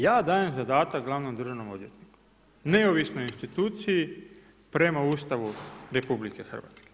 Ja dajem zadatak glavnom državnom odvjetniku, neovisnoj instituciji prema Ustavu RH.